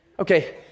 Okay